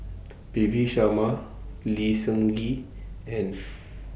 P V Sharma Lee Seng Gee and